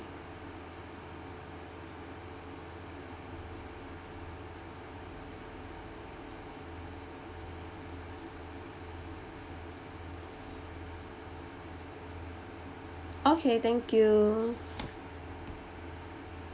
okay thank you